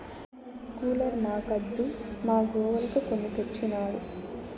cooler మాక్కాదు మా గోవులకు కొని తెచ్చినాడు